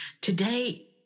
Today